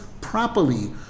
properly